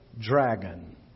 dragon